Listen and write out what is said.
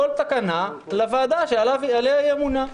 כל תקנה לוועדה עליה היא אמונה.